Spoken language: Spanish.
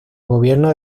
gobierno